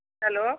hello